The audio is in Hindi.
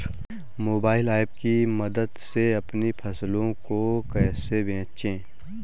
मोबाइल ऐप की मदद से अपनी फसलों को कैसे बेचें?